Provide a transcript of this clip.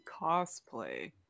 cosplay